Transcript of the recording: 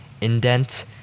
indent